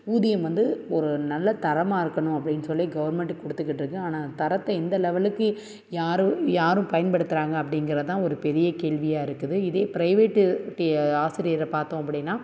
ஊதியம் வந்து ஒரு நல்ல தரமாக இருக்கணும் அப்படின்னு சொல்லி கவர்மெண்ட்டு கொடுத்துக்கிட்டுருக்கு ஆனால் தரத்தை இந்த லெவலுக்கு யாரும் யாரும் பயன்படுத்துகிறாங்க அப்படிங்கறதான் ஒரு பெரிய கேள்வியாக இருக்குது இதே பிரைவேட்டு ஆசிரியரை பார்த்தோம் அப்படின்னா